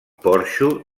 porxo